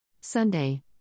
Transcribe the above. Sunday